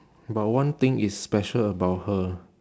but one thing is special about her